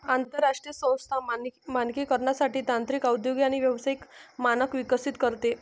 आंतरराष्ट्रीय संस्था मानकीकरणासाठी तांत्रिक औद्योगिक आणि व्यावसायिक मानक विकसित करते